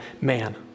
man